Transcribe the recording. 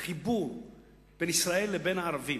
החיבור בין ישראל לבין הערבים,